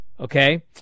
okay